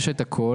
יש את הקול,